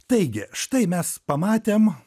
taigi štai mes pamatėm